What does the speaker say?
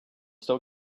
still